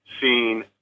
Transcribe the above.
Seen